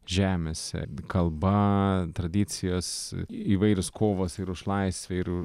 žemėse kalba tradicijos įvairios kovos ir už laisvę ir